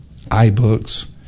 iBooks